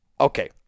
Okay